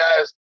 guys